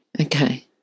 okay